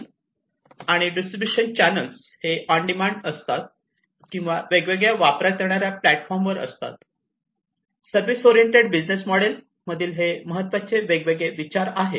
आणि distribution channels हे on demand असतात किंवा वेगवेगळ्या वापरात येणाऱ्या प्लॅटफॉर्म वर असतात तर सर्विस ओरिएंटेड बिझनेस मोडेल मधील हे वेगवेगळे महत्त्वाचे विचार आहेत